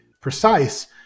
precise